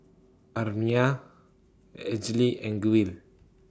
Amiah Elzy and Gwyn